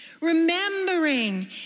remembering